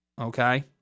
okay